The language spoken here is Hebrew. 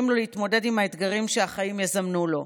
לו להתמודד עם האתגרים שהחיים יזמנו לו,